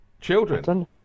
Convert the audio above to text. children